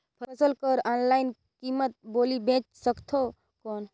फसल कर ऑनलाइन कीमत बोली बेच सकथव कौन?